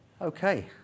Okay